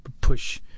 push